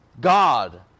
God